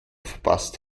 verpasst